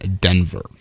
Denver